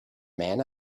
man